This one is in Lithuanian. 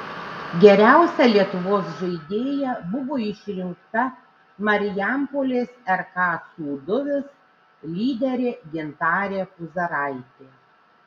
geriausia lietuvos žaidėja buvo išrinkta marijampolės rk sūduvis lyderė gintarė puzaraitė